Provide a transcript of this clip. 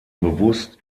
bewusst